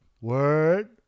word